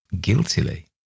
guiltily